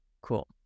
Cool